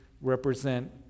represent